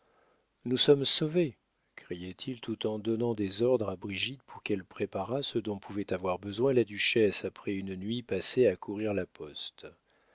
nous sommes sauvés criait-il tout en donnant des ordres à brigitte pour qu'elle préparât ce dont pouvait avoir besoin la duchesse après une nuit passée à courir la poste